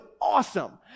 awesome